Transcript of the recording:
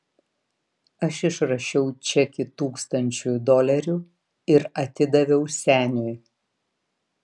aš išrašiau čekį tūkstančiui dolerių ir atidaviau seniui